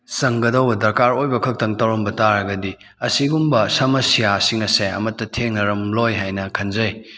ꯆꯪꯒꯗꯧꯕ ꯗꯔꯀꯥꯔ ꯑꯣꯏꯕ ꯈꯛꯇꯪ ꯇꯧꯔꯝꯕ ꯇꯥꯔꯒꯗꯤ ꯑꯁꯤꯒꯨꯝꯕ ꯁꯃꯁ꯭ꯌꯥꯁꯤꯡ ꯑꯁꯦ ꯑꯃꯠꯇ ꯊꯦꯡꯅꯔꯝꯂꯣꯏ ꯍꯥꯏꯅ ꯈꯟꯖꯩ